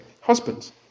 Husbands